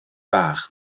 bach